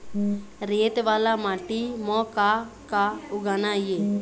रेत वाला माटी म का का उगाना ये?